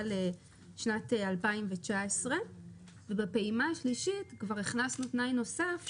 לשנת 2019. בפעימה השלישית כבר הכנסנו תנאי נוסף,